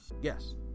yes